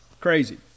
Crazy